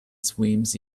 swims